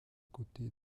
côté